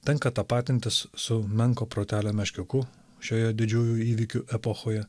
tenka tapatintis su menko protelio meškiuku šioje didžiųjų įvykių epochoje